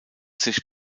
sich